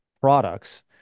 products